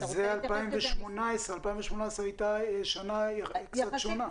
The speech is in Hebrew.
זה 2018, 2018 הייתה שנה קצת שונה.